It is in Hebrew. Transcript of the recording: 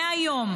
מהיום,